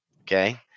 Okay